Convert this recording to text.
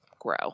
grow